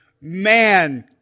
man